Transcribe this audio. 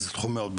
זה תחום מאוד,